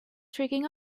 tricking